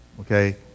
Okay